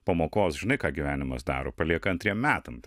pamokos žinai ką gyvenimas daro palieka antriem metam